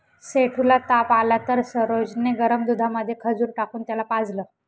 सेठू ला ताप आला तर सरोज ने गरम दुधामध्ये खजूर टाकून त्याला पाजलं